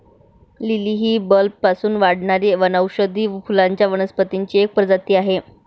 lily ही बल्बपासून वाढणारी वनौषधी फुलांच्या वनस्पतींची एक प्रजाती आहे